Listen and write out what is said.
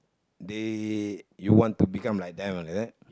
they you want to become like them ah is it